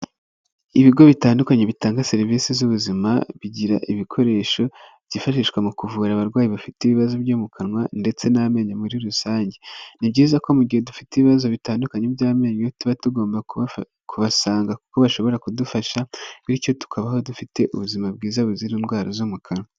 Ibigo bitandukanye bitanga serivisi z'ubuzima, bigira ibikoresho byifashishwa mu kuvura abarwayi bafite ibibazo byo mu kanwa, ndetse n'amenyo muri rusange. Ni byiza ko mu gihe dufite ibibazo bitandukanye by'amenyo, tuba tugomba kubasanga kuko bashobora kudufasha, bityo tukabaho dufite ubuzima bwiza buzira indwara zo mu kanwa.